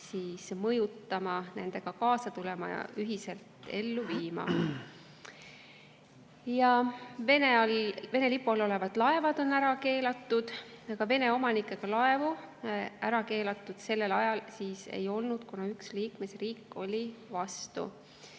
Liidu riike nendega kaasa tulema ja ühiselt ellu viima. Vene lipu all olevad laevad on ära keelatud, aga Vene omanike laevu ära keelatud sellel ajal ei olnud, kuna üks liikmesriik oli vastu.